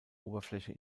oberfläche